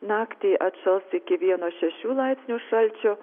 naktį atšals iki vieno šešių laipsnių šalčio